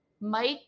Mike